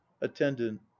attendant